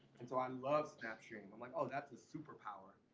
and so i love snapstream. i'm like, oh, that's a superpower.